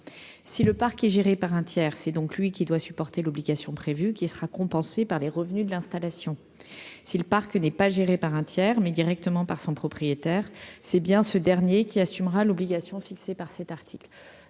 si le parc est géré par un tiers, c'est donc lui qui doit supporter l'obligation prévue qui sera compensé par les revenus de l'installation, si le parc n'est pas géré par un tiers mais directement par son propriétaire, c'est bien ce dernier qui assumera l'obligation fixée par cet article.